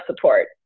support